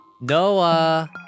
Noah